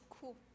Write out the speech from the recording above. cool